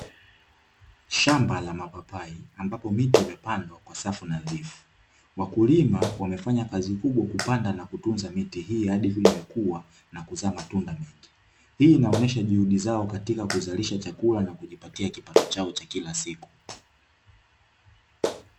Shamba la mapapai ambapo miti imepandwa kwa safu nadhifu, wakulima wamefanya kazi kubwa kupanda na kutunza miti hii na kuzaa matunda mengi. Hii inaonyesha juhudi zao katika kuzalisha chakula na kujipatia kipato cha kila siku.